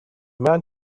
man